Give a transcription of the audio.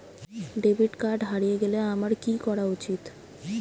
Debit card হারিয়ে গেলে আমার কি করা উচিৎ?